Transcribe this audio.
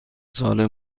ساله